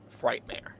Frightmare